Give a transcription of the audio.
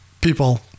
people